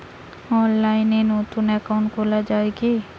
অনলাইনে নতুন একাউন্ট খোলা য়ায় কি?